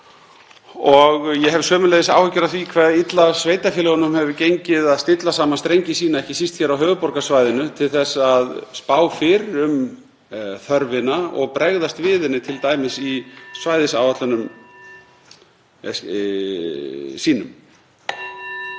Ég hef sömuleiðis áhyggjur af því hve illa sveitarfélögunum hefur gengið að stilla saman strengi sína, ekki síst hér á höfuðborgarsvæðinu, til að spá fyrir um þörfina og bregðast við henni, t.d. í svæðisáætlunum sínum.